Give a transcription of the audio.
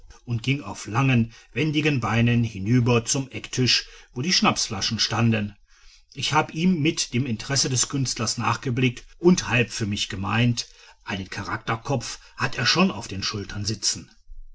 und ging auf langen wiegenden beinen hinüber zum ecktisch wo die schnapsflaschen standen ich hab ihm mit dem interesse des künstlers nachgeblickt und halb für mich gemeint einen charakterkopf hat er schon auf den schultern sitzen